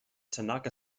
tanaka